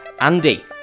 Andy